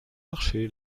marcher